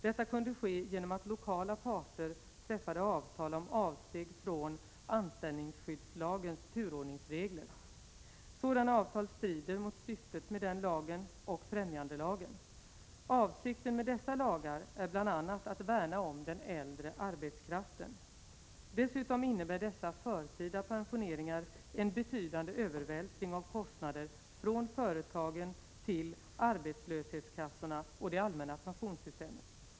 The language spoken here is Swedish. Detta kunde ske genom att lokala parter träffade avtal om avsteg från anställningsskyddslagens turordningsregler. Sådana avtal strider mot syftet med den lagen och främjandelagen . Avsikten med dessa lagar är bl.a. att värna om den äldre arbetskraften. Dessutom innebär dessa förtida pensioneringar en betydande övervältring av kostnader från företagen till arbetslöshetskassorna och det allmänna pensionssystemet.